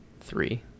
three